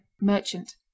Merchant